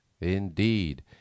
Indeed